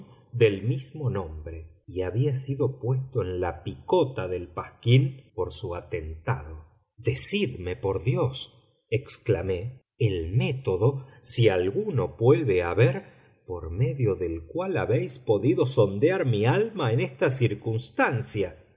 del mismo nombre y había sido puesto en la picota del pasquín por su atentado decidme por dios exclamé el método si alguno puede haber por medio del cual habéis podido sondear mi alma en esta circunstancia